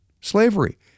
slavery